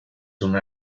una